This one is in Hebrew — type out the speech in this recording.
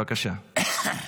בבקשה, תמשיך.